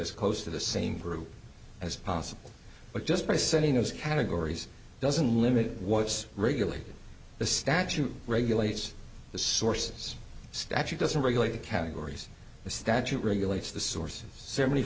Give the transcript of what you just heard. as close to the same group as possible but just by sending those categories doesn't limit what's regulated the statute regulates the sources statute doesn't regulate the categories the statute regulates the sources seventy